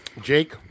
Jake